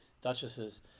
duchesses